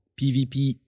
PvP